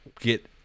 get